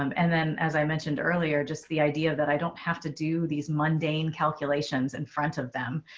um and then as i mentioned earlier, just the idea that i don't have to do these mundane calculations in front of them.